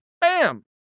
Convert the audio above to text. Bam